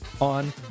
on